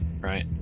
right